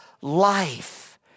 life